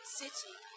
city